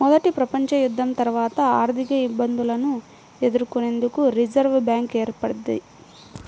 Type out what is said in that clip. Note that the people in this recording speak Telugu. మొదటి ప్రపంచయుద్ధం తర్వాత ఆర్థికఇబ్బందులను ఎదుర్కొనేందుకు రిజర్వ్ బ్యాంక్ ఏర్పడ్డది